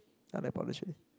I like powder chilli